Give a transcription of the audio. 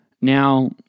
Now